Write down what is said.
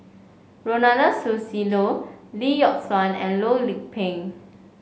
Ronald Susilo Lee Yock Suan and Loh Lik Peng